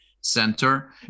center